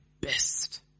best